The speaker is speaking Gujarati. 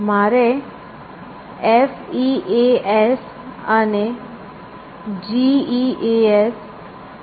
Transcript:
મારે F E A S અc G E A S ઉત્પન્ન કરવું જોઈએ